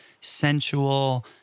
sensual